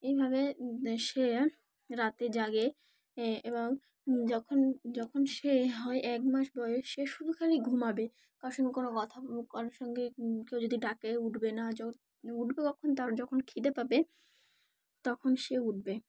এইভাবে সে রাতে জাগে এবং যখন যখন সে হয় এক মাস বয়স সে শুধু খালি ঘুমাবে কারোর সঙ্গে কোনো কথা কারোর সঙ্গে কেউ যদি ডাকে উঠবে না য উঠবে কখন তার যখন খিদে পাবে তখন সে উঠবে